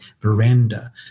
veranda